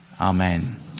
Amen